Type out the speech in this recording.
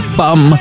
bum